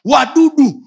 Wadudu